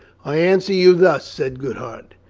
i answer you thus, said goodhart.